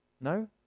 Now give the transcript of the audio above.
No